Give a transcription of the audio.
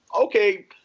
okay